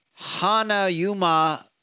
Hanayuma